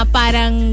parang